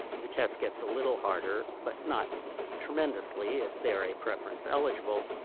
the test gets a little harder, but not tremendously if they're a preference eligible,